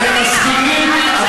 אתם מסכימים?